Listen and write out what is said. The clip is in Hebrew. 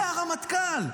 זה הרמטכ"ל.